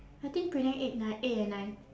I think prelim eight nine eight and nine